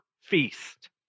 feast